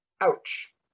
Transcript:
ouch